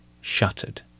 shuttered